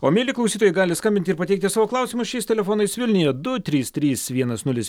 o mieli klausytojai gali skambinti ir pateikti savo klausimus šiais telefonais vilniuje du trys trys vienas nulis